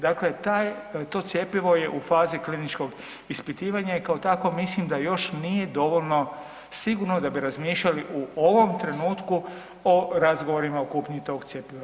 Dakle, taj, to cjepivo je u fazi kliničkog ispitivanja i kao takvo mislim da još nije dovoljno sigurno da bi razmišljali u ovom trenutku o razgovorima o kupnji tog cjepiva.